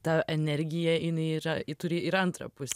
ta energija jinai yra ji turi ir antrą pus